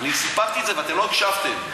סיפרתי את זה ואתם לא הקשבתם,